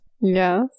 yes